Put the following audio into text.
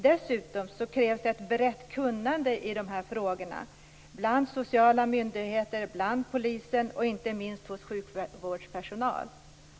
Dessutom krävs det ett brett kunnande i frågorna bland sociala myndigheter, inom polisen och inte minst bland sjukvårdspersonal.